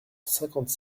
cinquante